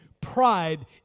Pride